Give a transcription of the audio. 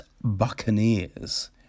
Buccaneers